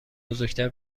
بزرگتر